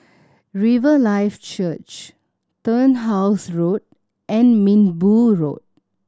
Riverlife Church Turnhouse Road and Minbu Road